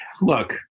look